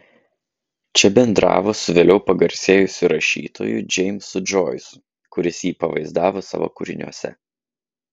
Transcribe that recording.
čia bendravo su vėliau pagarsėjusiu rašytoju džeimsu džoisu kuris jį pavaizdavo savo kūriniuose